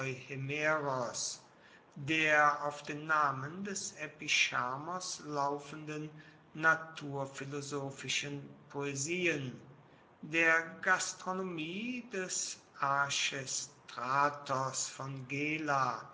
der auf den namen des epicharmos laufenden naturphilosophischen poesien der gastronomie des archestratos von gela